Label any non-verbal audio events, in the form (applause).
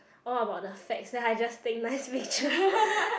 all about the facts then I just take nice pictures (noise)